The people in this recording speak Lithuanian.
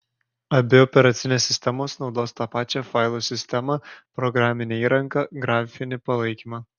abi operacinės sistemos naudos tą pačią failų sistemą programinę įrangą grafinį palaikymą